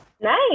nice